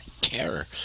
Care